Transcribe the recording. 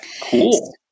cool